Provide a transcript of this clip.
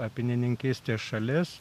apyninkystės šalis